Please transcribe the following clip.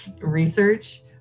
research